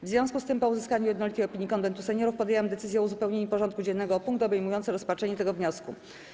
W związku z tym, po uzyskaniu jednolitej opinii Konwentu Seniorów, podjęłam decyzję o uzupełnieniu porządku dziennego o punkt obejmujący rozpatrzenie tego wniosku.